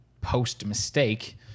post-mistake